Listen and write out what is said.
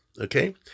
Okay